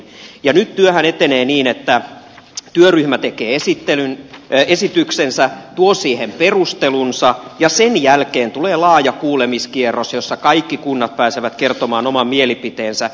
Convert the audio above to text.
nythän työ etenee niin että työryhmä tekee esityksensä tuo siihen perustelunsa ja sen jälkeen tulee laaja kuulemiskierros jossa kaikki kunnat pääsevät kertomaan oman mielipiteensä